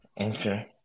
Okay